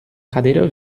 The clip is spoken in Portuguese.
cadeira